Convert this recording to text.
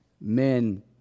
men